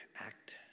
act